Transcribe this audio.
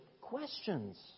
questions